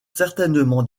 certainement